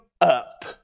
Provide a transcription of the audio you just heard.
up